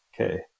Okay